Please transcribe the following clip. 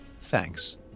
thanks